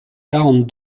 quarante